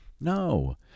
no